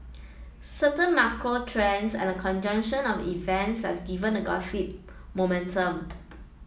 certain macro trends and a conjunction of events have given the gossip momentum